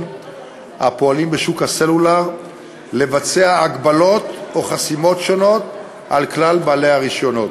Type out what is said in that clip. הפועלים בשוק הסלולר לבצע הגבלות או חסימות שונות על כלל בעלי הרישיונות.